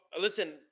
listen